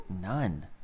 None